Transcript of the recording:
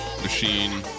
machine